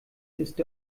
ist